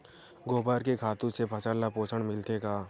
गोबर के खातु से फसल ल पोषण मिलथे का?